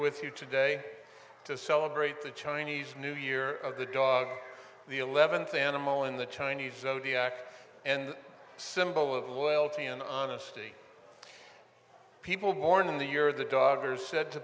with you today to celebrate the chinese new year of the dog the eleventh animal in the chinese zodiac and symbol of loyalty and honesty people born in the year of the daughters said to